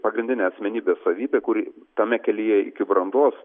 pagrindinė asmenybės savybė kuri tame kelyje iki brandos